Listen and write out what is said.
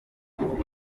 yavuze